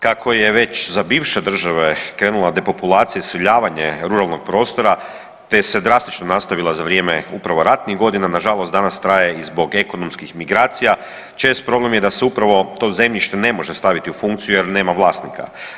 Kako je već za bivše države krenula depopulacija i iseljavanje ruralnog prostora, te se drastično nastavila za vrijeme upravo ratnih godina, nažalost danas traje i zbog ekonomskih migracija, čest problem je da se upravo to zemljište ne može staviti u funkciju jer nema vlasnika.